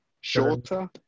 Shorter